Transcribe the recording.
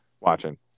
watching